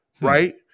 Right